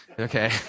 Okay